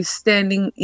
standing